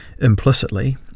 implicitly